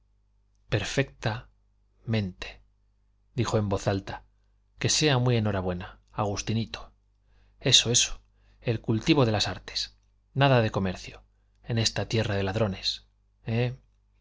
perfecta mente dijo en voz alta que sea muy enhorabuena agustinito eso eso el cultivo de las artes nada de comercio en esta tierra de ladrones eh